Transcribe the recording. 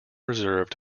reserved